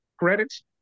credits